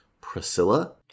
Priscilla